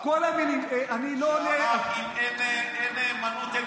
שאמר: אם אין נאמנות,